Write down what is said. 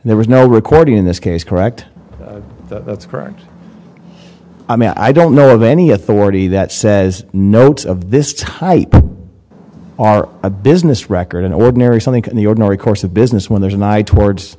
and there was no record in this case correct that's correct i mean i don't know of any authority that says notes of this type are a business record in ordinary something in the ordinary course of business when there's an eye towards